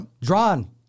drawn